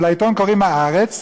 ולעיתון קוראים "הארץ",